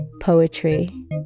poetry